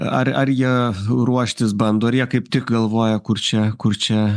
ar ar jie ruoštis bando ar jie kaip tik galvoja kur čia kur čia